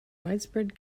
widespread